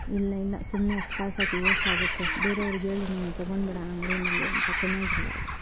ಇಲ್ಲ ಇಲ್ಲ ಸುಮ್ನೆ ಅಷ್ಟು ಕಾಸಾಕಿ ವೇಷ್ಟಾಗುತ್ತೆ ಬೇರೆಯವ್ರಿಗೆ ಹೇಳು ನೀನು ತೊಗೋಳ್ಬೇಡ ಆ ಅಂಗ್ಡಿಯಲ್ಲಿ ಅಂತ ಚೆನ್ನಾಗಿಲ್ಲ ಅದು